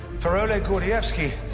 for oleg gordievsky,